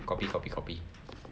copy copy copy